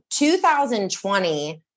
2020